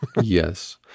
Yes